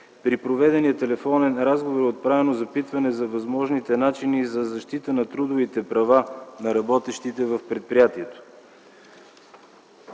При проведения телефонен разговор е отправено запитване за възможните начини за защита на трудовите права на работещите в предприятието.